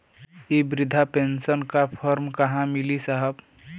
इ बृधा पेनसन का फर्म कहाँ मिली साहब?